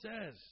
says